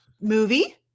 movie